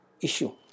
issue